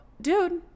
dude